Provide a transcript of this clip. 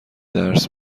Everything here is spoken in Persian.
درس